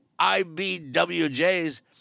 IBWJ's